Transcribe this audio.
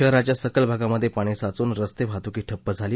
शहराच्या सखल भागामध्ये पाणी साचून रस्ते वाहतूकही ठप्प झाली